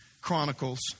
Chronicles